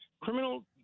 criminal